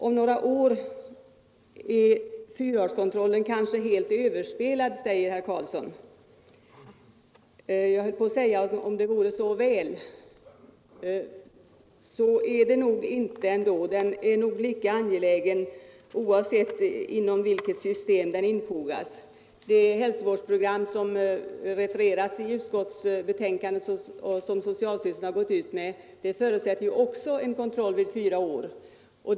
Om några år är fyraårskontrollen kanske helt överspelad, säger herr Karlsson. Jag höll på att säga: Om det vore så väl! Men så är det nog inte ändå, utan den är lika angelägen oavsett vilket system den infogas i. Det hälsovårdsprogram som refereras i utskottsbetänkandet och som socialstyrelsen har gått ut med förutsätter också en kontroll vid fyra års ålder.